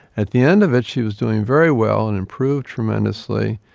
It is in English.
at the end of it she was doing very well and improved tremendously,